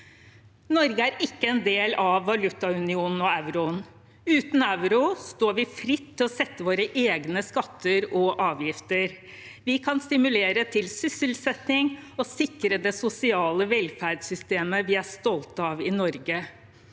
Norge er ikke en del av valutaunionen og euroen. Uten euro står vi fritt til å sette våre egne skatter og avgifter. Vi kan stimulere til sysselsetting og sikre det sosiale velferdssystemet vi er stolt av i Norge.